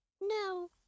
No